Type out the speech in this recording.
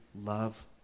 love